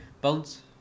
bones